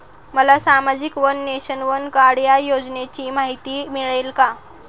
मला सामाजिक one nation, one card या योजनेची माहिती मिळेल का?